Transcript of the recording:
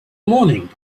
morning